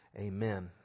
Amen